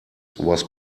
was